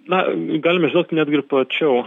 na galim išduot netgi ir plačiau